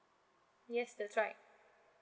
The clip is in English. yes that's right